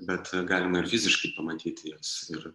bet galima ir fiziškai pamatyti jas ir